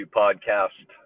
podcast